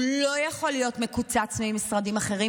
הוא לא יכול להיות מקוצץ ממשרדים אחרים,